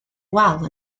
wal